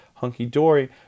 hunky-dory